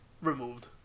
removed